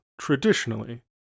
traditionally